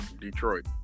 Detroit